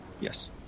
Yes